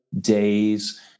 days